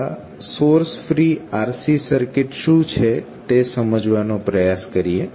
પહેલા source free RC circuit શું છે તે સમજવાનો પ્રયાસ કરીએ